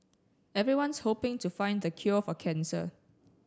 everyone's hoping to find the cure for cancer